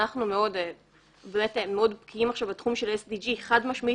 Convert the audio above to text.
אנחנו מאוד בקיאים עכשיו בתחום של ה- SDGs חד משמעית,